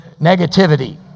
negativity